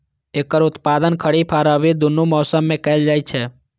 एकर उत्पादन खरीफ आ रबी, दुनू मौसम मे कैल जाइ छै